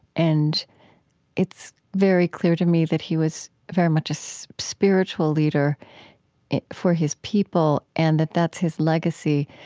and it's very clear to me that he was very much a so spiritual leader for his people and that that's his legacy.